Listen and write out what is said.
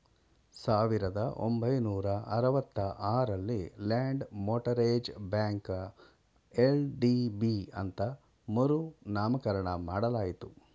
ಸಾವಿರದ ಒಂಬೈನೂರ ಅರವತ್ತ ಆರಲ್ಲಿ ಲ್ಯಾಂಡ್ ಮೋಟರೇಜ್ ಬ್ಯಾಂಕ ಎಲ್.ಡಿ.ಬಿ ಅಂತ ಮರು ನಾಮಕರಣ ಮಾಡಲಾಯಿತು